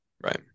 Right